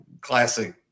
classic